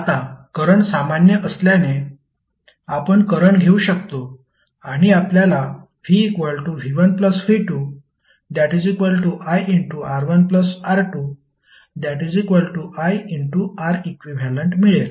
आता करंट सामान्य असल्याने आपण करंट घेऊ शकतो आणि आपल्याला vv1v2iR1R2iReq मिळेल